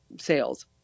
sales